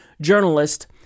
journalist